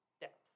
depth